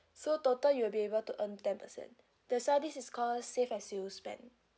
so total you will be able to earn ten percent that's why this is call save as you spend